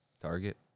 Target